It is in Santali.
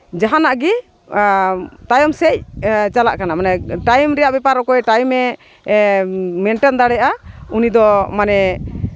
ᱡᱟᱦᱟᱱᱟᱜ ᱜᱮ ᱛᱟᱭᱚᱢ ᱥᱮᱜ ᱪᱟᱞᱟᱜ ᱠᱟᱱᱟ ᱢᱟᱱᱮ ᱴᱟᱭᱤᱢ ᱨᱮᱭᱟᱜ ᱵᱮᱯᱟᱨ ᱚᱠᱚᱭ ᱴᱟᱭᱤᱢᱮ ᱢᱮᱱᱴᱮᱱ ᱫᱟᱲᱮᱭᱟᱜᱼᱟ ᱩᱱᱤ ᱫᱚ ᱢᱟᱱᱮ